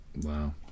Wow